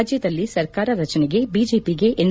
ರಾಜ್ಯದಲ್ಲಿ ಸರ್ಕಾರ ರಚನೆಗೆ ಬಿಜೆಪಿಗೆ ಎನ್